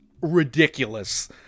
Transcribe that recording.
ridiculous